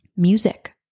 Music